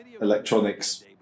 electronics